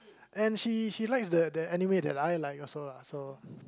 and she she likes the the anime that I like also lah so